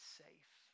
safe